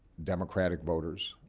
democratic voters,